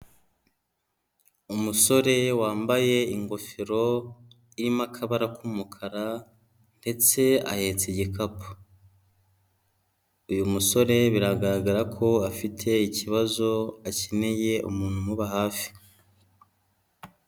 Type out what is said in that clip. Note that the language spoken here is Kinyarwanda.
Umusore wambaye ingofero irimo akabara k'umukara ndetse ahetse igikapu, uyu musore biragaragara ko afite ikibazo akeneye umuntu umuba hafi.